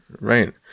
Right